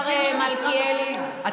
אנשים שבעילת סבירות פסלו 400,000 איש.